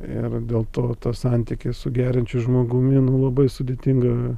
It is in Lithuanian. ir dėl to tas santykis su geriančiu žmogumi labai sudėtinga